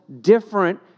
different